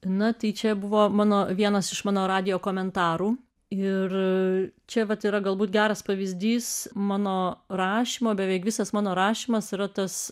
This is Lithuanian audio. na tai čia buvo mano vienas iš mano radijo komentarų ir čia vat yra galbūt geras pavyzdys mano rašymo beveik visas mano rašymas yra tas